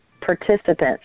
participants